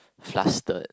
fluster